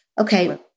okay